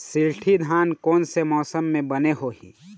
शिल्टी धान कोन से मौसम मे बने होही?